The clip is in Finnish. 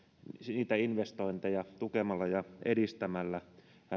niitä investointeja tukemalla ja edistämällä